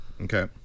Okay